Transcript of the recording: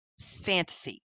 fantasy